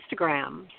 Instagram